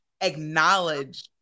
acknowledge